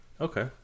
okay